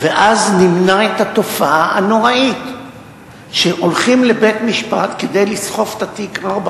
ואז נמנע את התופעה הנוראית שהולכים לבית-משפט כדי לסחוב את התיק ארבע,